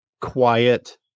quiet